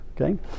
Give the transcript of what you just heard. Okay